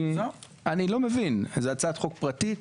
אני לא מבין איך זו הצעת חוק פרטית?